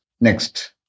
Next